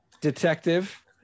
detective